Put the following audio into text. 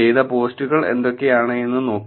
ചെയ്ത പോസ്റ്റുകൾ എന്തൊക്കെയാണെന്ന് നോക്കി